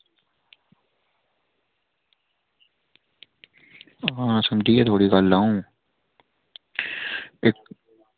आं समझी गेआ गल्ल थुआढ़ी अं'ऊ